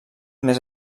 més